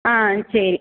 ஆ சரி